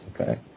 okay